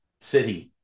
City